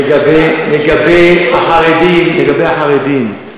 לגבי החרדים,